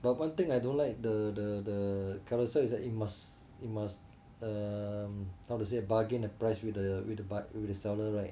but one thing I don't like the the the Carousell is that you must you must uh how to say a bargain price with the with the buy~ with the seller right